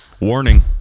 Warning